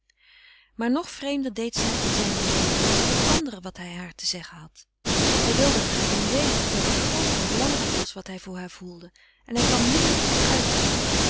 maar nog vreemder deed zij in zijne meening met het andere wat hij haar te zeggen had hij wilde het haar doen weten dat het groot en belangrijk was wat hij voor haar voelde en hij kwam nimmer tot de uiting